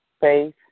Faith